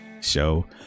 Show